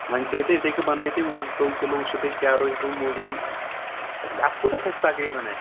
وۄنۍ تھٲیِو تُہۍ یِتھَے کَنۍ بَنٲیِو تُہۍ وُہ زٕتووُہ کِلوٗ وٕچھُو تُہۍ کیٛاہ روزِ ہُہ موزوٗن اَتھ کوٗتاہ کھَسہِ تقریٖباً اَسہِ